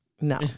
no